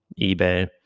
eBay